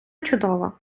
чудово